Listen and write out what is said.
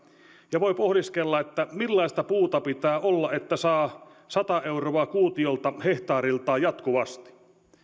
ja voi pohdiskella millaista puuta pitää olla että saa sata euroa kuutiolta hehtaariltaan jatkuvasti